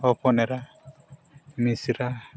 ᱦᱚᱯᱚᱱ ᱮᱨᱟ ᱢᱤᱥᱨᱟ